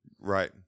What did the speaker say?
right